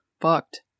fucked